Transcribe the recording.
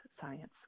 science